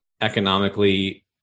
economically